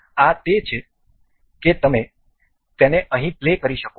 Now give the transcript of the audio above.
આ તે છે કે તમે તેને અહીં પ્લે કરી શકો છો